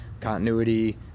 continuity